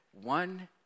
one